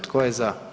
Tko je za?